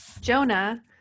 Jonah